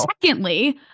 Secondly